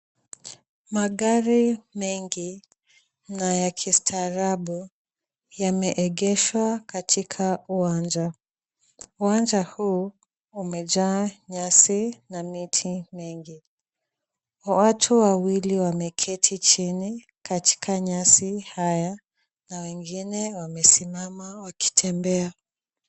Magari mengi, na ya kistaarabu, yameegeshwa katika uwanja. Uwanja huu umejaa nyasi na miti mingi. Watu wawili wameketi chini katika nyasi haya na wengine wamesimama wakitembea.